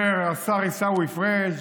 אומר השר עיסאווי פריג':